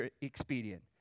expedient